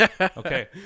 Okay